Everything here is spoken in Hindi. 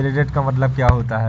क्रेडिट का मतलब क्या होता है?